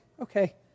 okay